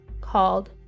called